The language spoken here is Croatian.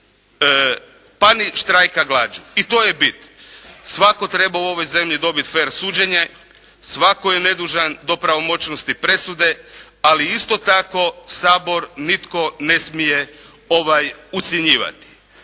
pa ni štrajka glađu. I to je bit. Svatko treba u ovoj zemlji dobiti fer suđenje. Svatko je nedužan do pravomoćnosti presude, ali isto tako Sabor nitko ne smije ucjenjivati.